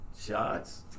Shots